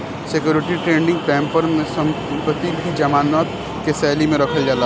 security trading बैपार में संपत्ति भी जमानत के शैली में रखल जाला